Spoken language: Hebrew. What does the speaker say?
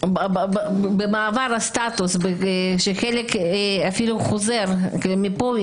נמצאים במעבר הסטטוס, כשחלק אפילו חוזר מפה.